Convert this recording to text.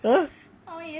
!huh!